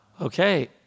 okay